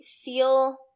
feel